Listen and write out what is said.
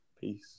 Peace